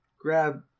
grab